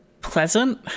pleasant